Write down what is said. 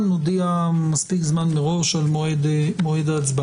נודיע מספיק זמן מראש על מועד ההצבעה.